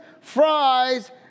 fries